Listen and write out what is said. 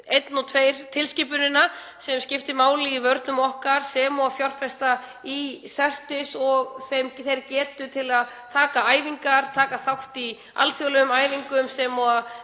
NIS-1 og NIS-2 tilskipunina sem skiptir máli í vörnum okkar sem og að fjárfesta í CERT-IS og getu þeirra til að taka æfingar, taka þátt í alþjóðlegum æfingum sem og að